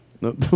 No